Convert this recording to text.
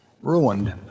ruined